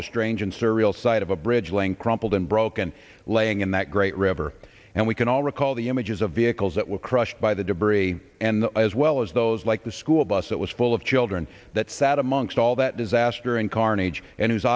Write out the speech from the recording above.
the strange and sir real side of a bridge length crumpled and broken laying in that great river and we can all recall the images of vehicles that were crushed by the debris and as well as those like the school bus that was full of children that sat amongst all that disaster and carnage and who